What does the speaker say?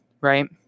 Right